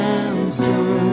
answer